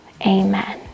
amen